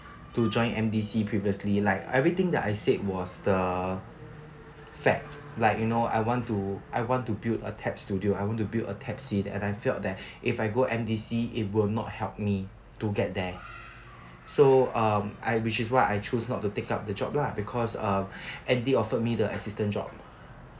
to join M_D_C previously like everything that I said was the fact like you know I want to I want to build a tap studio I want to build a tap scene and I feel that if I go M_D_C it will not help me to get there so um I which is why I choose not to take up the job lah because uh andy offered me the assistant job